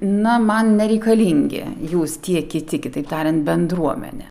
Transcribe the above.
na man nereikalingi jūs tie kiti kitaip tariant bendruomenė